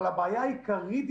אבל הבעיה העיקרית,